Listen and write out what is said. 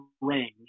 range